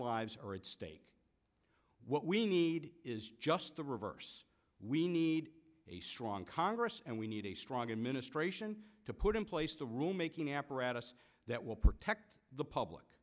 lives are at stake what we need is just the reverse we need a strong congress and we need a strong administration to put in place a rule making apparatus that will protect the public